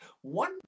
one